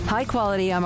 High-quality